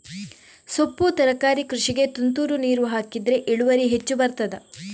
ಸೊಪ್ಪು ತರಕಾರಿ ಕೃಷಿಗೆ ತುಂತುರು ನೀರು ಹಾಕಿದ್ರೆ ಇಳುವರಿ ಹೆಚ್ಚು ಬರ್ತದ?